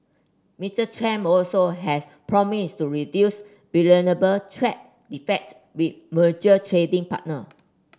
Mister Trump also has promised to reduce trad deficits with major trading partner